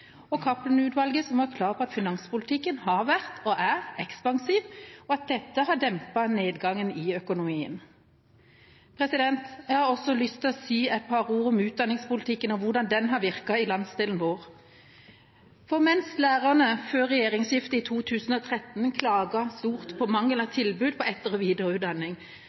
norsk økonomi. Og Cappelen-utvalget var klar på at finanspolitikken har vært og er ekspansiv, og at dette har dempet nedgangen i økonomien. Jeg har også lyst til å si et par ord om utdanningspolitikken og hvordan den har virket i landsdelen vår. Mens lærerne før regjeringsskiftet i 2013 klaget mye på mangel på tilbud om etter- og